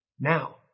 Now